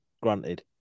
granted